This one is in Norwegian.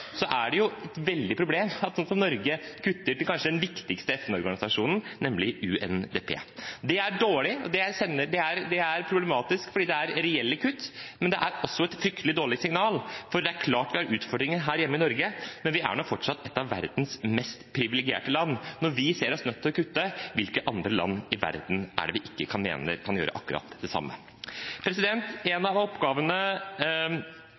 er det et stort problem at land som Norge kutter til kanskje den viktigste FN-organisasjonen, nemlig UNDP. Det er dårlig, og det er problematisk, fordi det er reelle kutt, men det er også et fryktelig dårlig signal. Det er klart det er utfordringer her hjemme i Norge, men vi er fortsatt et av verdens mest privilegerte land. Når vi ser oss nødt til å kutte, hvilke andre land i verden er det vi mener ikke kan gjøre akkurat det samme? En av oppgavene